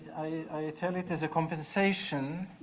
i tell it as a compensation